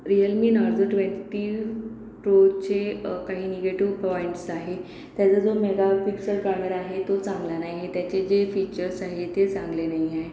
real me Narzo twenty प्रोचे काही negative points आहे त्याचा जो मेगा पिक्सेल कॅमेरा आहे तो चांगला नाही आहे त्याचे जे फीचर्स आहे ते चांगले नाही आहे